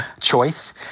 choice